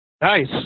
Nice